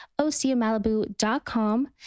OseaMalibu.com